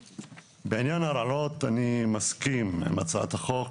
בעניין הרעלות אני מסכים עם הצעת החוק,